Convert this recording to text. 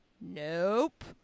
Nope